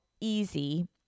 easy